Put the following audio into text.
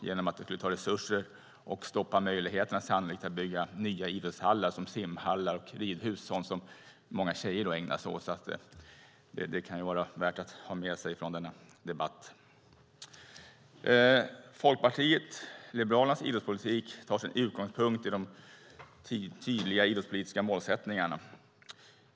Det skulle ta resurser och sannolikt stoppa möjligheten att bygga nya idrottshallar som simhallar och ridhus för sådant som många tjejer ägnar sig åt. Det kan vara värt att ha med sig från denna debatt. Folkpartiet liberalernas idrottspolitik tar sin utgångspunkt i de tydliga idrottspolitiska målsättningarna.